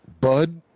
bud